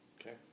okay